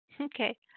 Okay